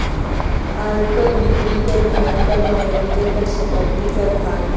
आय कर, बिक्री कर, धन कर, मनोरंजन कर, संपत्ति कर भाग हइ